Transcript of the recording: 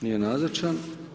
Nije nazočan.